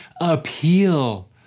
appeal